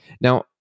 Now